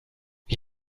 wie